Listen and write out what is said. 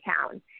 town